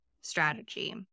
strategy